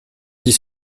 dix